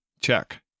check